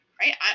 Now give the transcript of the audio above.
right